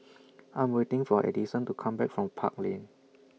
I Am waiting For Edison to Come Back from Park Lane